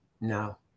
No